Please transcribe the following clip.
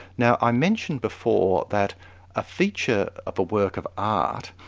now i mentioned before that a feature of a work of art,